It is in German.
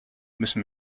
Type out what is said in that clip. müssen